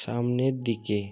সামনের দিকে